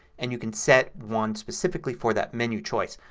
and you can set one specifically for that menu choice.